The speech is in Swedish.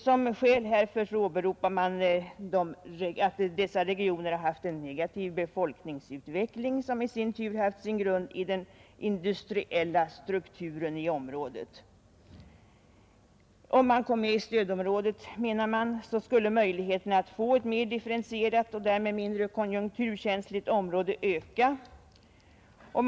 Som skäl härför åberopar man att dessa regioner haft en negativ befolkningsutveckling, som i sin tur haft sin grund i den industriella strukturen i området. Om man kom med i stödområdet, menar man, skulle möjligheterna att få ett mera differentierat och därmed mindre konjunkturkänsligt näringsliv öka.